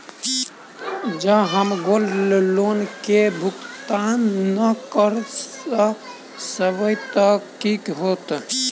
जँ हम gold loan केँ भुगतान न करऽ सकबै तऽ की होत?